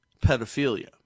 pedophilia